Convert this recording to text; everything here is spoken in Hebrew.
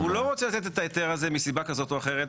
הוא לא רוצה לתת את ההיתר הזה מסיבה כזאת או אחרת.